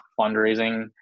fundraising